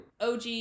OG